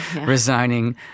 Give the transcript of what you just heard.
resigning—